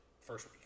first